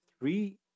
three